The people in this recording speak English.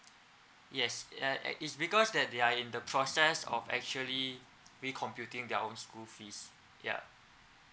yes and uh it's because that they are in the process of actually recomputing their own school fees ya